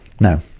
No